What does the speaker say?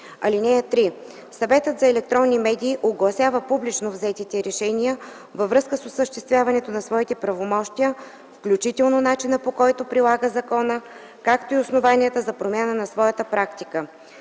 (3) Съветът за електронни медии огласява публично взетите решения във връзка с осъществяването на своите правомощия, включително начина, по който прилага закона, както и основанията за промяна на своята практика.